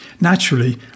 Naturally